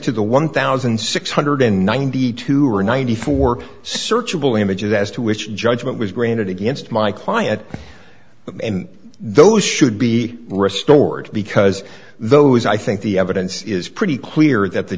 to the one thousand six hundred and ninety two or ninety four searchable images as to which judgment was granted against my client and those should be restored because those i think the evidence is pretty clear that the